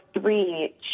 three